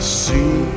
see